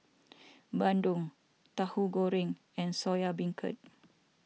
Bandung Tauhu Goreng and Soya Beancurd